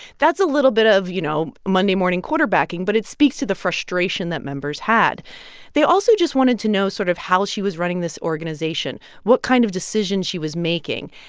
that's a little bit of, you know, monday morning quarterbacking, but it speaks to the frustration that members had they also just wanted to know sort of how she was running this organization, what kind of decisions she was making.